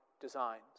designs